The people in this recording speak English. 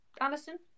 Alison